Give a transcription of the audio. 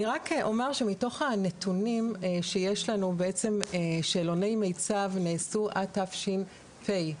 אני רק אומר שמתוך הנתונים שיש לנו בעצם שאלוני מיצ"ב נעשו עד שנת תש"פ.